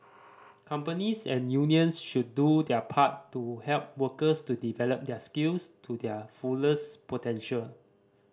companies and unions should do their part to help workers to develop their skills to their fullest potential